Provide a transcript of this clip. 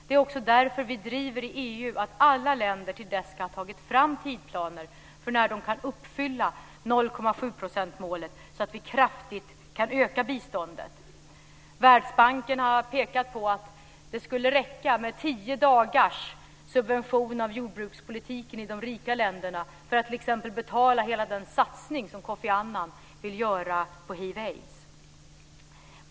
Det är också därför vi driver i EU att alla länder till dess ska ha tagit fram tidplaner för när de kan uppfylla 0,7-procentsmålet, så att vi kraftigt kan öka biståndet. Världsbanken har pekat på att det t.ex. skulle räcka med tio dagars subvention av jordbrukspolitiken i de rika länderna för att betala hela den satsning som Kofi Annan vill göra på hiv/aids.